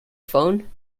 phone